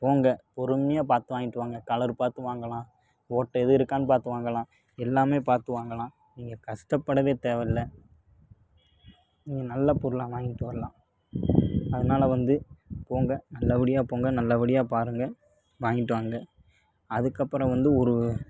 போங்க பொறுமையாக பார்த்து வாங்கிட்டு வாங்க கலர் பார்த்து வாங்கலாம் ஓட்டை எதும் இருக்கான்னு பார்த்து வாங்கலாம் எல்லாம் பார்த்து வாங்கலாம் நீங்கள் கஷ்டப்படவே தேவையில்லை நீங்கள் நல்ல பொருளாக வாங்கிட்டு வரலாம் அதனால வந்து போங்க நல்ல படியாக போங்க நல்ல படியாக பாருங்கள் வாங்கிட்டு வாங்க அதுக்கப்புறம் வந்து ஒரு